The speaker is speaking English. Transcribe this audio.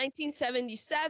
1977